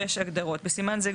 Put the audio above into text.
הגדרות 36. בסימן זה,